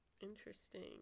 Interesting